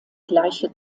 gleiche